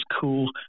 cool